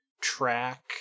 track